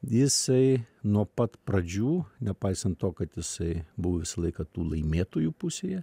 jisai nuo pat pradžių nepaisant to kad jisai buvo visą laiką tų laimėtojų pusėje